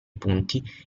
punti